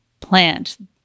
plant